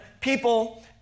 people